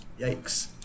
yikes